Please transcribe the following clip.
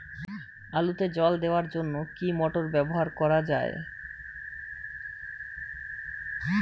আলুতে জল দেওয়ার জন্য কি মোটর ব্যবহার করা যায়?